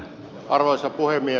arvoisa puhemies